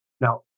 Now